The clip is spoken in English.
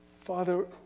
Father